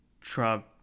Trump